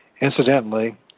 Incidentally